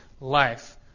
life